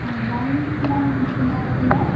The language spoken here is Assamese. হয় ৱাৰেণ্টি কিমান কিমান দিনৰ